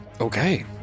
Okay